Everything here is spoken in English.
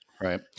right